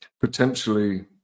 potentially